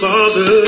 Father